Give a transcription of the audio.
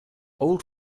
old